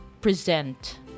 present